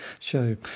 show